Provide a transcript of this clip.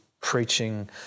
preaching